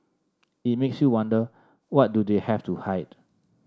it makes you wonder what do they have to hide